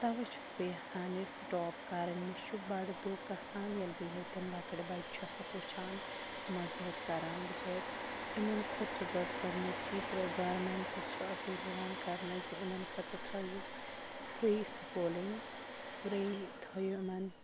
تَوے چھُس بہٕ یَژھان یہِ سٹاپ کَرٕنۍ مےٚ چھُ بَڑٕ دُکھ گژھان ییٚلہِ بہٕ ییٚتہ تِم لَکٕٹۍ بَچہِ چھ سَکھ وٕچھان موٚزوٗرۍ کَران بِچٲرۍ یِمَن خٲطرٕ گٔژھ گۄڈنِچی گورمیٚنٹس چھُ اپیٖل یِوان کَرنہٕ زِ یِمَن خٲطرٕ تھٲیِو فرٛی سکوٗلِنٛگ فرٛی تھٲیِو یِمَن